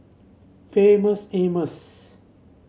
Famous Amos